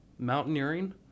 mountaineering